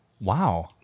Wow